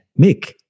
Mick